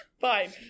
fine